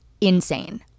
insane